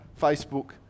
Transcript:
Facebook